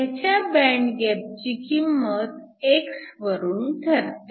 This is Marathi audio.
ह्याच्या बँड गॅप ची किंमत x वरून ठरते